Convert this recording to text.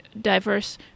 diverse